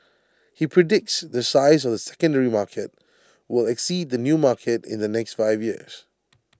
he predicts the size of the secondary market will exceed the new market in the next five years